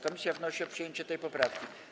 Komisja wnosi o przyjęcie tej poprawki.